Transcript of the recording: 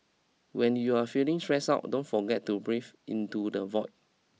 when you are feeling stressed out don't forget to breathe into the void